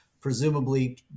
presumably